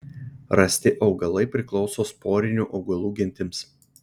rasti augalai priklauso sporinių augalų gentims